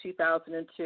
2002